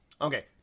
Okay